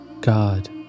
God